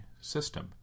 system